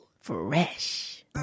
Fresh